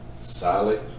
Solid